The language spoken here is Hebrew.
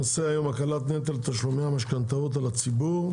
הנושא היום הקלת נטל תשלומי המשכנתאות על הציבור.